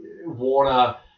Warner